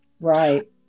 Right